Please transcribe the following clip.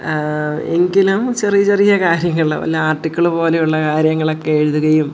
എങ്കിലും ചെറിയ ചെറിയ കാര്യങ്ങൾ വല്ല ആർട്ടിക്കിൾ പോലെയുള്ള കാര്യങ്ങളൊക്കെ എഴുതുകയും